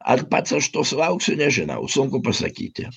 ar pats aš to sulauksiu nežinau sunku pasakyti